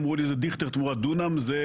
אמרו לי זה דיכטר תמורת דונם,